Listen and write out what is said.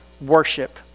worship